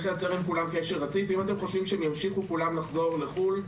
אם אתם חושבים שכולם ימשיכו לחזור מחו"ל,